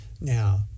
Now